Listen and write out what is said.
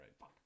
right